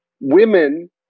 women